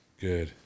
Good